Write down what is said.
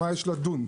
מה יש לדון?